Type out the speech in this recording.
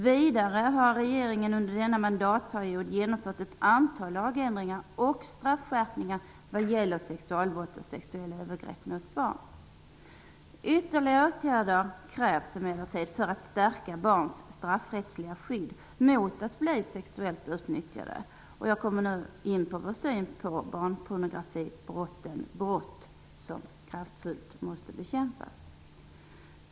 Vidare har regeringen under denna mandatperiod genomfört ett antal lagändringar och straffskärpningar vad gäller sexualbrott och sexuella övergrepp mot barn. Ytterligare åtgärder krävs emellertid för att stärka barns straffrättsliga skydd mot att bli sexuellt utnyttjade. Jag kommer nu in på vår syn på barnpornografibrotten -- brott som kraftfullt måste bekämpas.